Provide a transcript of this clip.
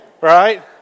right